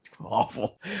Awful